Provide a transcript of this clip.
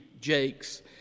Jakes